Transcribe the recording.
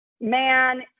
man